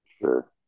sure